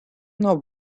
know